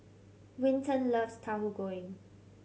Winton loves Tahu Goreng